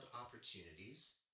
opportunities